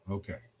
ah okay.